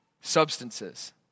substances